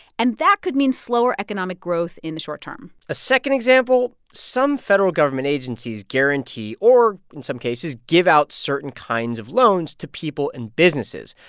and that could mean slower economic growth in the short term a second example some federal government agencies guarantee or, in some cases, give out certain kinds of loans to people and businesses.